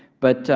but